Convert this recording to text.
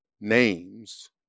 names